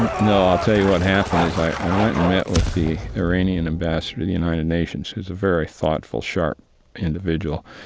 and no. i'll tell you what happened is i went and met with the iranian ambassador to the united nations, who's a very thoughtful, sharp individual.